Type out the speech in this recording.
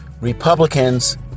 Republicans